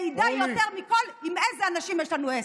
מעידה יותר מכול עם איזה אנשים יש לנו עסק,